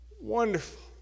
Wonderful